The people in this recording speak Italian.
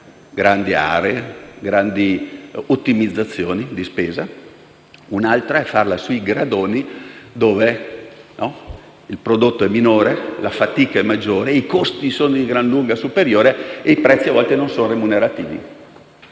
grandi aree e grandi ottimizzazioni di spesa, e un'altra è farla sui gradoni, dove il prodotto è minore, la fatica è maggiore, i costi sono di gran lunga superiori e i prezzi a volte non sono remunerativi.